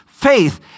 Faith